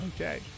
Okay